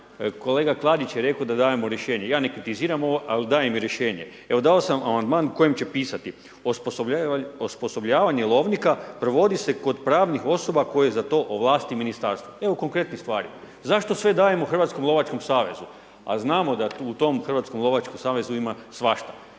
Kolega Klarić je rekao da dajemo rješenje ja ne kritiziram ovo ali dajem rješenje, evo dao sam amandman u kojem će pisati, osposobljavanje lovnika provodi se kod pravnih osoba koje za to ovlasti ministarstvo, evo konkretnih stvari. Zašto sve dajemo Hrvatskom lovačkom savezu, a znamo da u tom Hrvatskom lovačkom savezu ima svašta